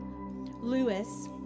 Lewis